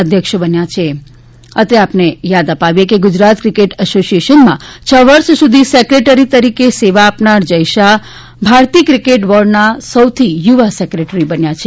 અત્રે એ યાદ અપાવીએ કે ગુજરાત ક્રિકેટ એસોસીએશનમાં છ વર્ષ સુધી સેક્રેટરી તરીકે સેવા આપનાર જય શાહ ભારતીય ક્રિકેટ બોર્ડના સૌથી યુવા સેક્રેટરી બન્યા છે